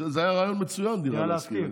זה היה רעיון מצוין, "דירה להשכיר".